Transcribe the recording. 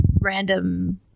random